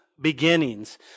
beginnings